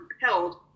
compelled